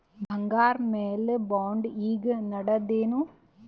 ಬಂಗಾರ ಮ್ಯಾಲ ಬಾಂಡ್ ಈಗ ನಡದದೇನು?